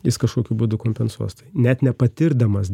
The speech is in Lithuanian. jis kažkokiu būdu kompensuos net nepatirdamas